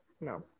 No